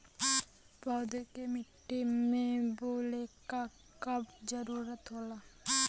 पौधा के मिट्टी में बोवले क कब जरूरत होला